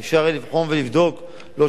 לא שהייתי מאשר חוק-יסוד סתם.